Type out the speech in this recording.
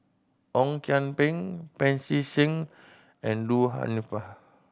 Ong Kian Peng Pancy Seng and Du